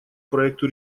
проекту